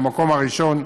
במקום הראשון,